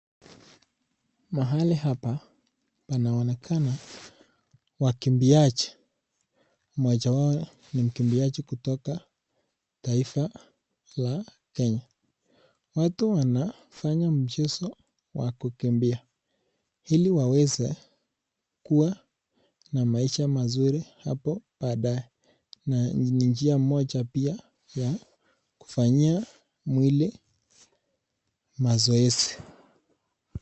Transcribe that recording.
Mahali hapa panaonekana wakimbiaji, mmoja wao ni mkimbiaji kutoka taifa la Kenya. Watu wanafanya mchezo wa kukimbia ili waweze kua na maisha mazuri hapo baadae, na ni njia moja pia ya kufanyia mwili mazoezi.